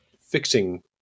fixing